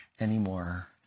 anymore